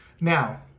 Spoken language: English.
now